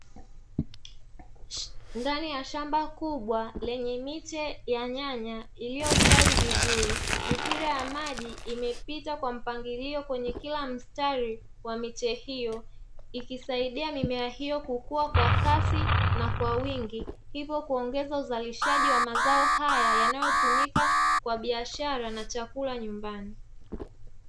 Ndani ya shamba kubwa lenye miche ya nyanya iliyostawi vizuri mipira ya maji imepita kwa mpangilio, kwenye kila mstari wa miche hiyo ikisaidia mimea mimea hiyo kukua kwa kasi na kwa wingi hivyo kuongeza uzalishaji wa mazao haya yanayotumika kwa biashara na chakula nyumbani.